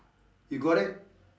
you got it